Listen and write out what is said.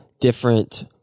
different